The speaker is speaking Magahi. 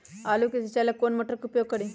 आलू के सिंचाई ला कौन मोटर उपयोग करी?